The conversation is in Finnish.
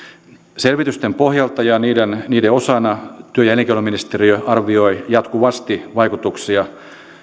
selvitysten pohjalta ja niiden niiden osana työ ja elinkeinoministeriö arvioi jatkuvasti vaikutuksia